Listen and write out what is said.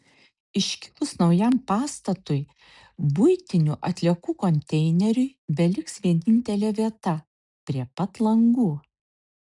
iškilus naujam pastatui buitinių atliekų konteineriui beliks vienintelė vieta prie pat langų